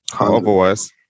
Otherwise